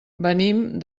venim